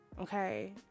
okay